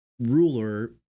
ruler